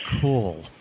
cool